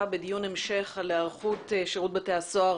בדיון המשך על היערכות שירות בתי הסוהר